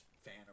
fan